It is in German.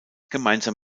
gemeinsam